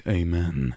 amen